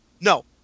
no